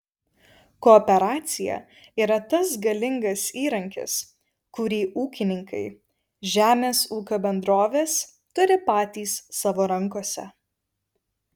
kooperacija yra tas galingas įrankis kurį ūkininkai žemės ūkio bendrovės turi patys savo rankose